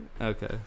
Okay